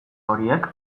horiek